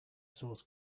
source